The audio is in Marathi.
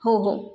हो हो